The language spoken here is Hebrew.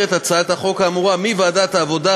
את הצעת החוק האמורה מוועדת העבודה,